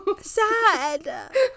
Sad